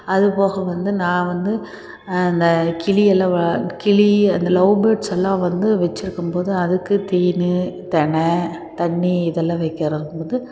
அது போக வந்து நான் வந்து அந்த கிளியெல்லாம் கிளி அந்த லவ் பேட்ஸ்ஸெல்லாம் வந்து வெச்சிருக்கும் போது அதுக்கு தீனி தெனை தண்ணி இதெல்லாம் வைக்கிற போது